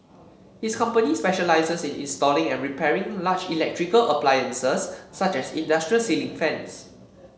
his company specialises in installing and repairing large electrical appliances such as industrial ceiling fans